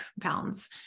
pounds